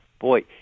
boy